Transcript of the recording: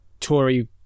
Tory